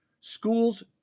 schools